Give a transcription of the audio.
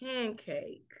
pancake